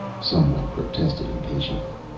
some one protested impatiently.